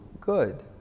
good